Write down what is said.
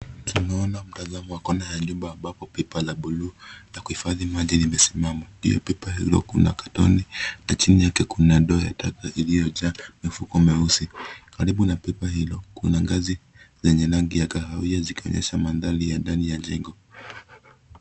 Tunaona mtazamo wa kona ya nyumba ambapo pipa la blue la kuhifadhi maji limesimama. Juu ya pipa hilo kuna katoni na chini yake kuna ndoo ya taka iliyojaa mifuko meusi. Karibu na pipa hilo kuna ngazi zenye rangi ya kahawia zikionyesha mandhari ya ndani ya jengo.